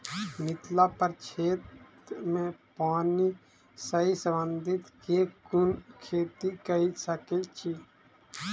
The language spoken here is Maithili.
मिथिला प्रक्षेत्र मे पानि सऽ संबंधित केँ कुन खेती कऽ सकै छी?